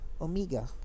Omega